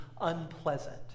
unpleasant